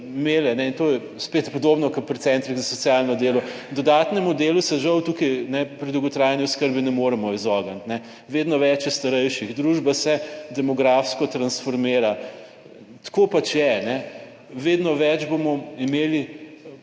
imele, in to je spet podobno kot pri centrih za socialno delo, dodatnemu delu se žal tukaj pri dolgotrajni oskrbi ne moremo izogniti. Vedno več je starejših, družba se demografsko transformira. Tako pač je. Vedno več bomo imeli